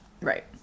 right